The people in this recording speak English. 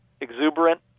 exuberant